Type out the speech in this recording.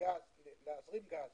גז